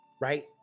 right